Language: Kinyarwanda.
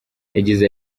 yagize